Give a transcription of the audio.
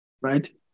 right